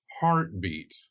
heartbeat